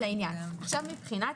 עכשיו מבחינת,